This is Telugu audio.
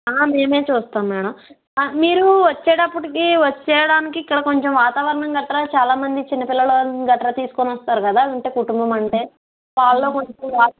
మేమె చూస్తాం మేడం మీరు వచ్చేటప్పటికి వచ్చేయడానికి ఇక్కడ కొంచెం వాతావరణం గట్రా చాలా మంది చిన్న పిల్లలని గట్రా తీసుకుని వస్తారు కదా అంటే కుటుంబం అంటే చాలా వరకు